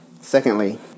Secondly